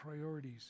priorities